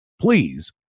please